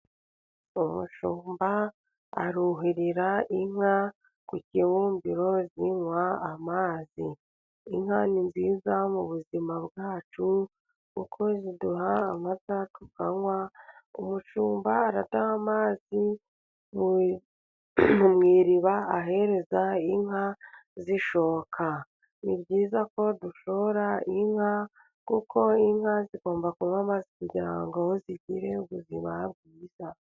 Umushumba aruhirira inka ku kibumbiro zinywa amazi .Inka ni nziza mu buzima bwacu kuko ziduha amata tukanywa .Umushumba aradaha amazi mu iriba ahereza inka zishoka ,ni byiza ko dushora inka kuko inka zigomba kunywa amazi ,kugira ngo zigire ubuzima bwiza.